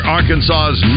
Arkansas's